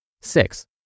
Six